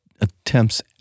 attempts